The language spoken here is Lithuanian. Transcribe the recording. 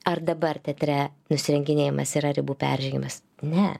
ar dabar teatre nusirenginėjimas yra ribų peržengimas ne